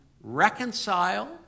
reconcile